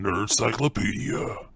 Encyclopedia